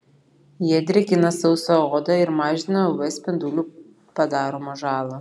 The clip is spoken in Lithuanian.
jie drėkina sausą odą ir mažina uv spindulių padaromą žalą